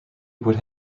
would